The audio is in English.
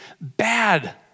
bad